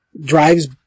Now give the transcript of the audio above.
drives